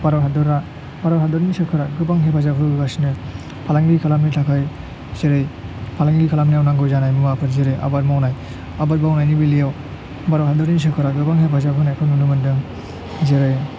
भारत हादरा भारत हादरनि सरखारा गोबां हेफाजाब होबोगासिनो फालांगि खालामनो थाखाय जेरै फालांगियाव नांगौ जानाय मुवा फोर जेरै आबाद मावनाय आबाद मावनायनि बेलायाव भारत हादरनि सरखारा गोबां हेफाजाब होनायखौ नुनो मोनदों जेरै